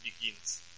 begins